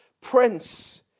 prince